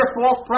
false